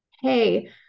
hey